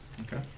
Okay